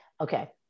okay